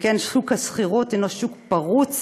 שכן שוק השכירות הנו שוק פרוץ,